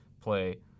play